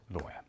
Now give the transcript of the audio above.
LAWYER